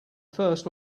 first